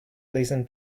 listen